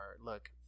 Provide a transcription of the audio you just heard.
look